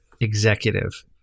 executive